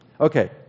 Okay